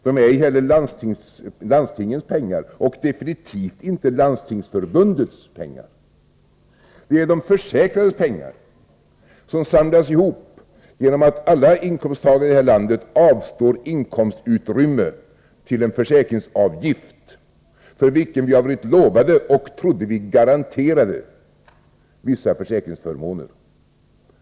De är ej heller landstingens pengar och definitivt inte Landstingsförbundets pengar. Detta är de försäkrades pengar, som samlas ihop genom att alla inkomsttagare i det här landet avstår inkomstutrymme till en försäkringsavgift, för vilken vi har blivit lovade och — trodde vi — garanterade vissa försäkringsförmåner.